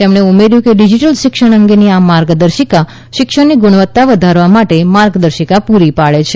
તેમણે ઉમેર્યું કે ડિજિટલ શિક્ષણ અંગેની આ માર્ગદર્શિકા શિક્ષણની ગુણવત્તા વધારવા માટે માર્ગદર્શિકા પૂરી પાડે છે